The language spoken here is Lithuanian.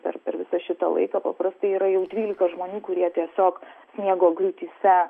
per visą šitą laiką paprastai yra jau dvylika žmonių kurie tiesiog sniego griūtyse